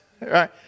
right